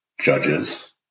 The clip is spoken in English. judges